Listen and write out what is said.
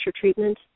treatment